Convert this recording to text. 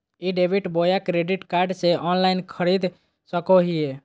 ई debit बोया credit card से online खरीद सको हिए?